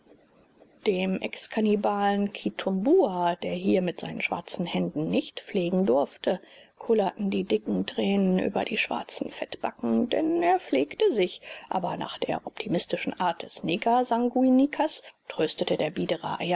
dem exkannibalen kitumbua der hier mit seinen schwarzen händen nicht pflegen durfte kullerten die dicken tränen über die schwarzen fettbacken denn er pflegte sich aber nach der optimistischen art des negersanguinikers tröstete der biedere